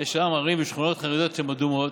שיש ערים ושכונות שהן אדומות,